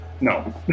No